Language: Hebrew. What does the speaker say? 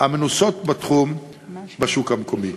המנוסות בתחום בשוק המקומי.